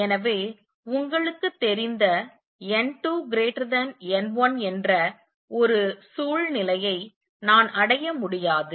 எனவே உங்களுக்கு தெரிந்த n2 n1 என்ற ஒரு சூழ்நிலையை நான் அடைய முடியாது